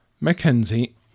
Mackenzie